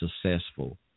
successful